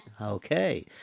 Okay